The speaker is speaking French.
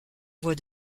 voix